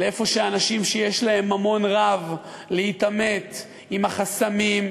לאיפה שלאנשים יש ממון רב להתעמת עם החסמים,